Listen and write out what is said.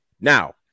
now